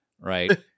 right